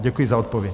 Děkuji za odpověď.